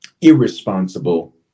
irresponsible